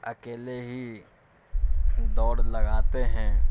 اکیلے ہی دوڑ لگاتے ہیں